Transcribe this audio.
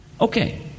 okay